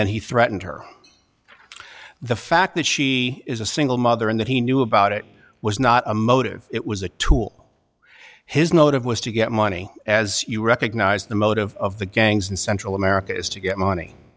then he threatened her the fact that she is a single mother and that he knew about it was not a motive it was a tool his note of wish to get money as you recognize the motive of the gangs in central america is to get money